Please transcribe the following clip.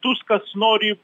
tuskas nori